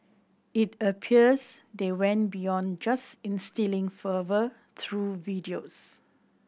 it appears they went beyond just instilling fervour through videos